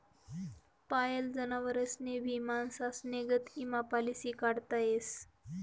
पायेल जनावरेस्नी भी माणसेस्ना गत ईमा पालिसी काढता येस